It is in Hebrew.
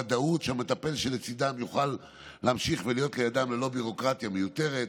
ודאות שהמטפל שלצידם יוכל להמשיך ולהיות לידם ללא ביורוקרטיה מיותרת.